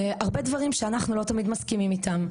הרבה דברים שאנחנו לא תמיד מסכימים איתם,